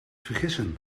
vergissen